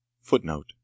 Footnote